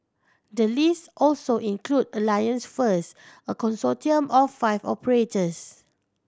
the list also include Alliance First a consortium of five operators